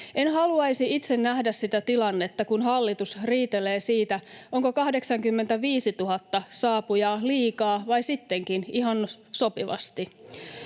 En haluaisi itse nähdä sitä tilannetta, kun hallitus riitelee siitä, onko 85 000 saapujaa liikaa vai sittenkin ihan sopivasti.